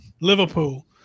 Liverpool